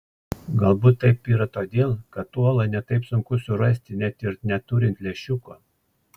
galbūt taip yra todėl kad uolą ne taip sunku surasti net ir neturint lęšiuko